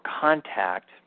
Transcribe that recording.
contact